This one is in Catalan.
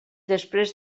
després